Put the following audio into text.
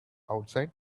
outside